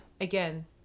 Again